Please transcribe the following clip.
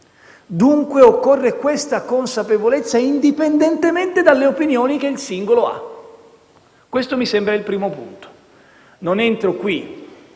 Dunque, occorre questa consapevolezza, indipendentemente dalle opinioni da singolo. Questo mi sembra il primo punto. Non entro qui